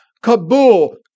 Kabul